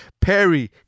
Perry